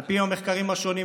על פי המחקרים השונים,